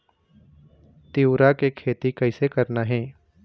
तिऊरा के खेती कइसे करना हे?